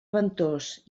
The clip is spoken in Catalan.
ventós